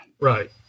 Right